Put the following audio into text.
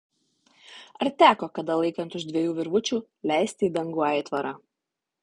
ar teko kada laikant už dviejų virvučių leisti į dangų aitvarą